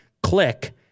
click